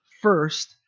first